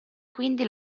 quindi